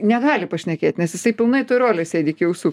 negali pašnekėt nes jisai pilnai toj rolėj sėdi iki ausų